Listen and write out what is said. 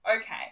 Okay